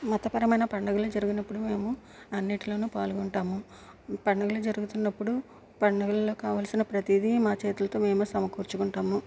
మతపరమైన పండుగలు జరిగినప్పుడు మేము అన్నిటిలోనూ పాల్గొంటాము పండుగలు జరుగుతున్నప్పుడు పండుగల్లో కావలసిన ప్రతీదీ మా చేతులతో మేము సమకూర్చుకుంటాము